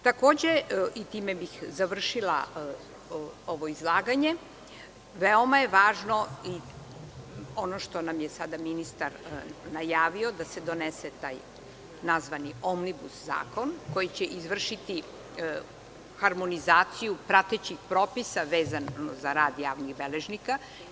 Takođe, i ovim bih završila ovo izlaganje, veoma je važno i ono što nam je ministar sada najavio, da se donese taj nazvanim omnibus zakon koji će izvršiti harmonizaciju pratećih propisa vezanih za rad javnih beležnika.